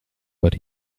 but